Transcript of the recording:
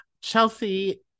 Chelsea